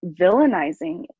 villainizing